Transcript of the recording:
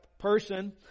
person